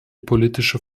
politische